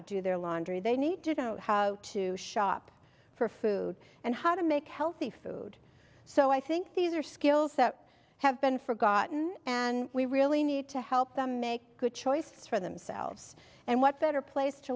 to do their laundry they need to know how to shop for food and how to make healthy food so i think these are skills that have been forgotten and we really need to help them make good choices for themselves and what better place to